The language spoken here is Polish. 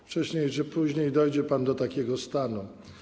Wcześniej czy później dojdzie pan do takiego stanu.